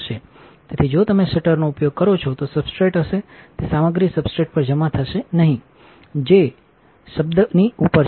તેથી જો તમે શટરનો ઉપયોગ કરો છો તો સબસ્ટ્રેટ હશે તે સામગ્રી સબસ્ટ્રેટ પર જમા થશે નહીં જે શutશબ્દની ઉપર છે